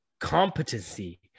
competency